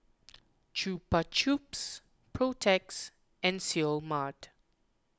Chupa Chups Protex and Seoul Mart